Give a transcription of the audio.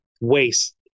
waste